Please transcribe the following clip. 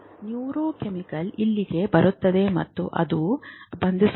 neurochemical ಇಲ್ಲಿಗೆ ಬರುತ್ತದೆ ಮತ್ತು ಅದು ಬಂಧಿಸುತ್ತದೆ